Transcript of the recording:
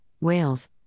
Wales